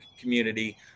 community